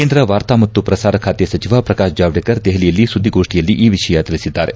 ಕೇಂದ್ರ ವಾರ್ತಾ ಮತ್ತು ಪ್ರಸಾರ ಬಾತೆ ಸಚವ ಪ್ರಕಾಶ್ ಜಾವಡೇಕರ್ ದೆಪಲಿಯಲ್ಲಿ ಸುದ್ದಿಗೋಷ್ಠಿಯಲ್ಲಿ ಈ ವಿಷಯ ತಿಳಬಿದ್ದಾರೆ